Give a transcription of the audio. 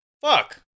Fuck